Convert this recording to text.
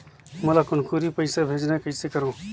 मोला कुनकुरी पइसा भेजना हैं, कइसे करो?